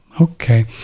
Okay